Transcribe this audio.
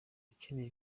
ukeneye